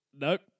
Nope